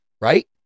Right